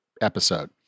episode